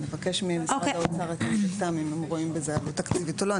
נבקש ממשרד האוצר את עמדתם אם הם רואים בזה עניין תקציבי או לא.